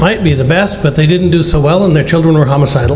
might be the best but they didn't do so well and their children are homicid